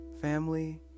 Family